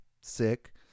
sick